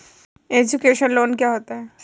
Education loan क्या होता है?